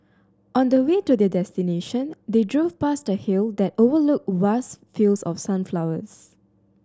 on the way to their destination they drove past the hill that overlooked vast fields of sunflowers